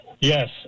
Yes